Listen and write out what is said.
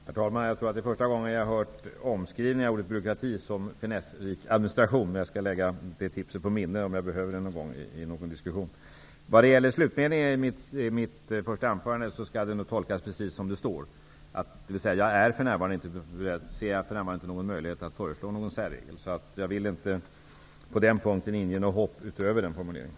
Herr talman! Jag tror att det är första gången jag har höst ordet byråkrati omskrivet som ''finessrik administration''. Jag skall lägga det på minnet. Kanske kommer jag att ha användning för det någon gång i någon diskussion. Slutmeningen i mitt skrivna svar skall tolkas precis som den står, dvs. jag ser för närvarande inte någon möjlighet att föreslå någon särregel. Jag vill därför inte på den punkten inge något hopp utöver den formuleringen.